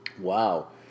Wow